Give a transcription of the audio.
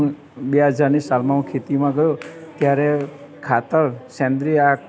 બે હજારની સાલમાં હું ખેતીમાં ગયો ત્યારે ખાતર સેંદ્રિય